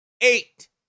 eight